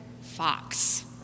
fox